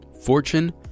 Fortune